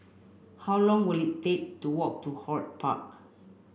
how long will it take to walk to HortPark